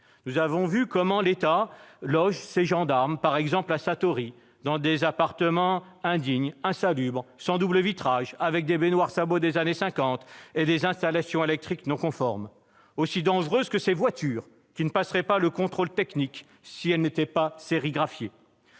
Nous avons vu comment l'État loge ces gendarmes, par exemple à Satory, dans des appartements indignes, insalubres, sans double vitrage, avec des baignoires sabots des années cinquante et des installations électriques non conformes, aussi dangereuses que ces voitures qui ne passeraient pas le contrôle technique si elles n'étaient pas sérigraphiées.